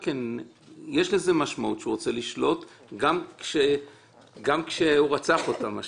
יש לזה משמעות כשהוא רוצה לשלוט גם כשהוא רוצח אותה.